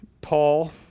Paul